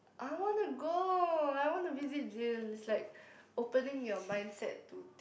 I wanna go I want to visit jail it's like opening your mindset to